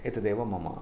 एतदेव मम अस्ति